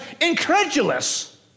incredulous